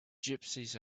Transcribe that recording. gypsies